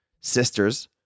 sisters